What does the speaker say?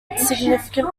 insignificant